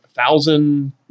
Thousand